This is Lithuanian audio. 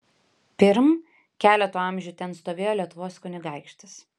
pirm keleto amžių ten stovėjo lietuvos kunigaikštis